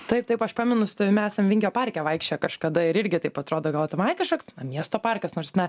taip taip aš pamenu su tavimi esam vingio parke vaikščioję kažkada ir irgi taip atrodo galvotum ai kažkoks miesto parkas nors na